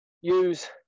use